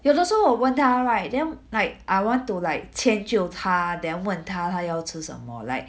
有的时候我问她 right then like I want to like 牵就她 then 问她她要吃什么 like